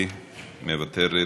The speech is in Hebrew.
מוותרת,